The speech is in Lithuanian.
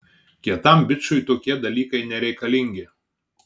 kietam bičui tokie dalykai nereikalingi